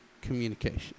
Communication